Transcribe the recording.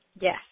yes